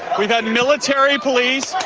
we've had military police,